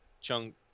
chunk